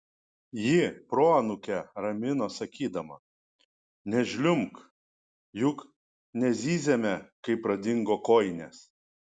ji proanūkę ramino sakydama nežliumbk juk nezyzėme kai pradingo kojinės